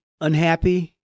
unhappy